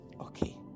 Okay